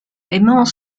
paiement